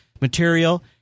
material